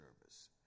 service